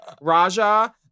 Raja